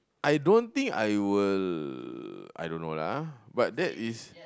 I don't think I will I don't know lah but that is